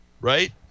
right